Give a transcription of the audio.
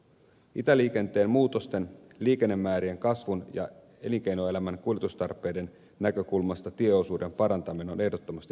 itäliikenteen muutosten liikennemäärien kasvun ja elinkeinoelämän kuljetustarpeiden näkökulmasta tieosuuden parantaminen on ehdottomasti välttämätöntä